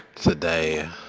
Today